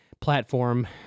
platform